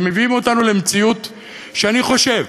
ומביאים אותנו למציאות שאני חושב